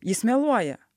jis meluoja